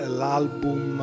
l'album